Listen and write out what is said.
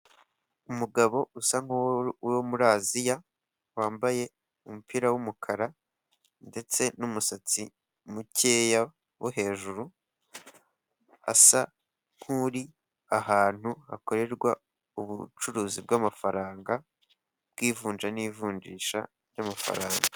Umugabo usa nku wo muri Aziya, wambaye umupira w'umukara ndetse n'umusatsi mukeya wo hejuru, asa nkuri ahantu hakorerwa ubucuruzi bw'amafaranga bw'ivunja n'ivunjisha ry'amafaranga.